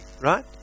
right